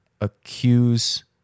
accuse